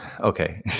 Okay